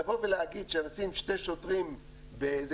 לבוא ולהגיד שלשים שני שוטרים באיזה